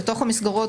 לתוך המסגרות,